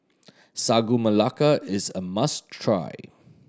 Sagu Melaka is a must try